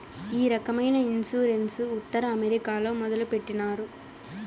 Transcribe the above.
ఈ రకమైన ఇన్సూరెన్స్ ఉత్తర అమెరికాలో మొదట మొదలుపెట్టినారు